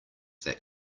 that